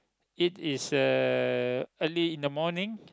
it is uh early in the morning